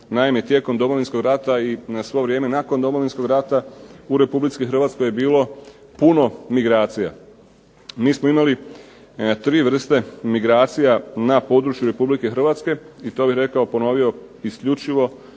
Naime, tijekom Domovinskog rata i svo vrijeme nakon Domovinskog rata u Republici Hrvatskoj je bilo puno migracija. Mi smo imali tri vrste migracija na području Republike Hrvatske i to bih rekao, ponovio isključivo